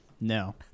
No